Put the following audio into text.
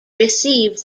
received